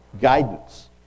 guidance